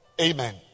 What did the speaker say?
Amen